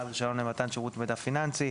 בעל רישיון למתן שירות מידע פיננסי,